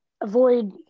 avoid